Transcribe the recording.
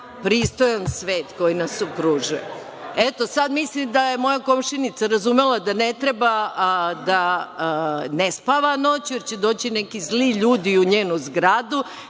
pristojan svet koji nas okružuje. Eto, sad mislim da je moja komšinica razumela da ne treba da ne spava noću, jer će doći neki zli ljudi u njenu zgradu,